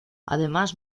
además